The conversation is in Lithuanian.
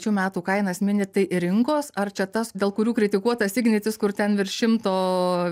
šių metų kainas minit tai rinkos ar čia tas dėl kurių kritikuotas ignitis kur ten virš šimto